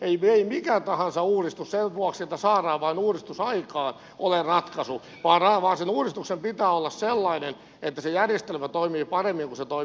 ei mikä tahansa uudistus sen vuoksi että saadaan vain uudistus aikaan ole ratkaisu vaan sen uudistuksen pitää olla sellainen että se järjestelmä toimii paremmin kuin se toimii tällä hetkellä